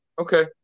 okay